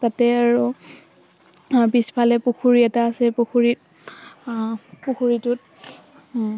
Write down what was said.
তাতে আৰু পিছফালে পুখুৰী এটা আছে পুখুৰীত পুখুৰীটোত